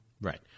Right